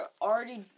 already